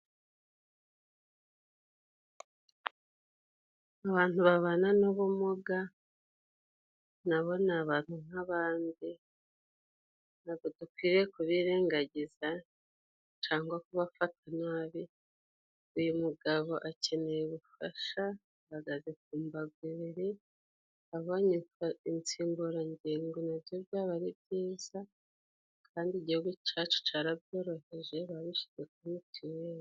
Abantu babana n'ubumuga na bo ni abantu nk'abandi, dukwiriye kubirengagiza cangwa kubafata nabi. Uyu mugabo akeneye ubufasha ahagaze ku mbago ibiri, abonye insimburangingo na byo byaba ari byiza. Kandi Igihugu cacu carabyoroheje babishize kuri mituweli.